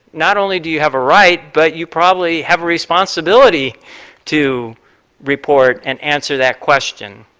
not only do you have a right, but you probably have a responsibility to report an answer that question.